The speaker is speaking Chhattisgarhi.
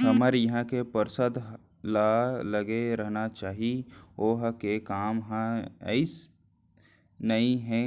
हमर इहाँ के पार्षद ल लगे रहना चाहीं होवत हे काम ह अइसे नई हे